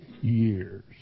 years